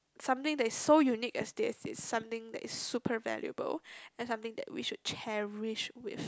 something that is so unique as this is something that is super valuable and something that we should cherish with